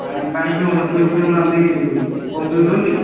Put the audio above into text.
ପାଣି ପାଣି ପିଉ ପି ପିଉନାହାନ୍ତି କମ୍ ପିଉଛନ୍ତି